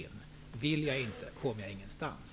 Om man inte vill, kommer man ingenstans.